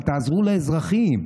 אבל תעזרו לאזרחים.